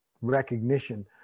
recognition